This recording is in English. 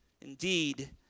Indeed